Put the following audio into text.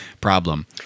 problem